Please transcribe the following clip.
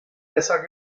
besser